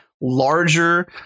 larger